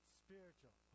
spiritual